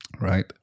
Right